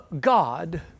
God